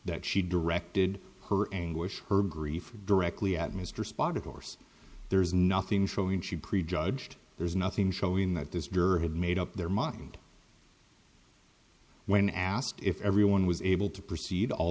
that she directed her anguish her grief directly at mr spot of course there's nothing showing she prejudged there's nothing showing that this juror had made up their mind when asked if everyone was able to proceed all